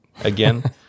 again